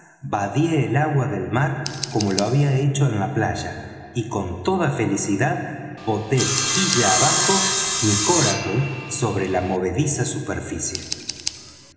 vadeé el agua del mar como lo había hecho en la playa y con toda felicidad boté quilla abajo mi coracle sobre la movediza superficie